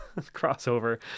crossover